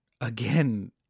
again